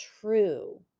true